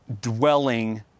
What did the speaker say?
dwelling